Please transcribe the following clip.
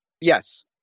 Yes